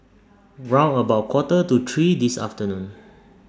round about Quarter to three This afternoon